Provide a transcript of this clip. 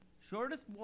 shortest